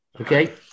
okay